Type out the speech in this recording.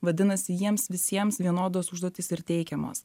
vadinasi jiems visiems vienodos užduotys ir teikiamos